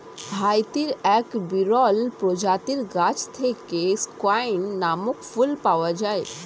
হাইতির এক বিরল প্রজাতির গাছ থেকে স্কেয়ান নামক ফুল পাওয়া যায়